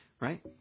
right